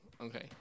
okay